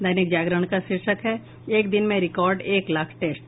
दैनिक जागरण का शीर्षक है एक दिन में रिकॉर्ड एक लाख टेस्ट